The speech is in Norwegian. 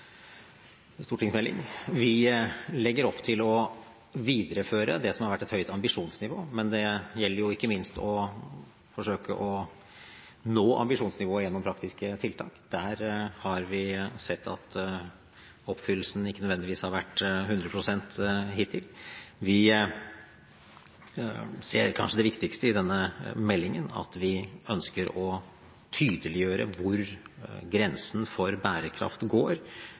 stortingsmelding. Vi legger opp til å videreføre det som har vært et høyt ambisjonsnivå, men det gjelder ikke minst å forsøke å nå ambisjonsnivået gjennom praktiske tiltak. Der har vi sett at oppfyllelsen nødvendigvis ikke har vært 100 pst. hittil. Vi ser at kanskje det viktigste i denne meldingen er at vi ønsker å tydeliggjøre hvor grensen for bærekraft går